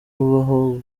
bubaho